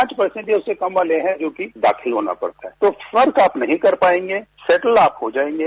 पांच परसेन्ट या उससे कम वाले हैं जो कि दाखिल होना पड़ता है तो फर्क आप नहीं कर पाएंगे सैटल आप हो जाएंगे